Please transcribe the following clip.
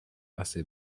assez